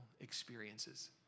experiences